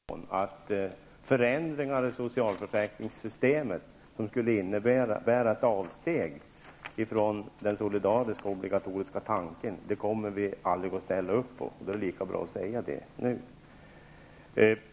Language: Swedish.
Herr talman! Jag tycker också att detta betänkande om våra socialförsäkringar inte är värt någon större debatt. Vi skall avvakta de förslag som kommer och de beredningar som nu sker. Det är självfallet på det sättet. Vi har dock redan nu velat säga ifrån att vi aldrig kommer att ställa upp på förändringar i socialförsäkringssystemet som skulle innebära ett avsteg från den solidariska obligatoriska tanken. Det är lika bra att säga det nu.